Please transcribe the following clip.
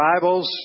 Bibles